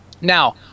Now